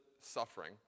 suffering